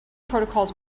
protocols